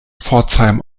pforzheim